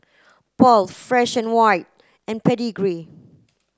Paul Fresh and White and Pedigree